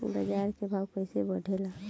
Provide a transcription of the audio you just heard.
बाजार के भाव कैसे बढ़े ला?